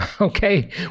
okay